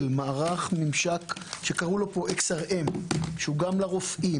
מערך וממשק שקראו לו XRN שהוא גם לרופאים,